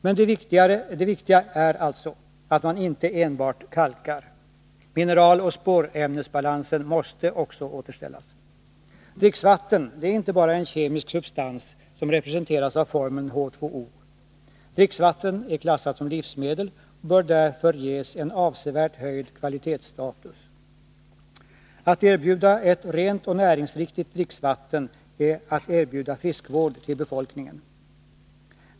Men det viktiga är alltså att man inte enbart kalkar. Mineraloch spårämnesbalansen måste också återställas. Dricksvatten är inte bara en kemisk substans som representeras av formeln H,O. Dricksvatten är klassat som livsmedel och bör därför ges en avsevärt höjd kvalitetsstatus. Att erbjuda ett rent och näringsriktigt dricksvatten är att erbjuda friskvård till befolkningen.